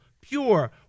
pure